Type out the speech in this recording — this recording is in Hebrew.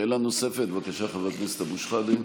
שאלה נוספת, בבקשה, חבר הכנסת אבו שחאדה.